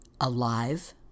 alive